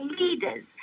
leaders